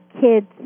kids